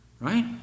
right